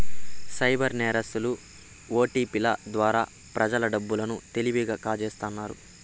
cyber నేరస్తులు ఓటిపిల ద్వారా ప్రజల డబ్బు లను తెలివిగా కాజేస్తున్నారు